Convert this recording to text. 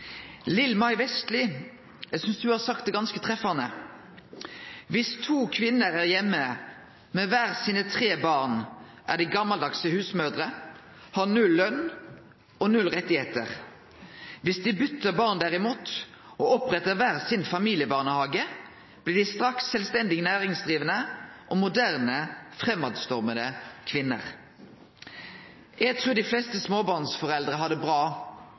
har sagt det ganske treffande: «Hvis to kvinner er hjemme med hver sine tre barn, er de gammeldagse husmødre, har null lønn og null rettigheter. Hvis de bytter barn, derimot, og oppretter hver sin familiebarnehage, blir de straks selvstendig næringsdrivende og moderne, fremadstormende kvinner.» Eg trur dei fleste småbarnsforeldra har det bra